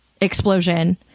explosion